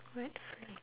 what phr~